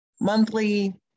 monthly